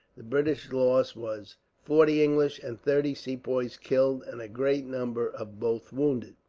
the british loss was forty english and thirty sepoys killed, and a great number of both wounded.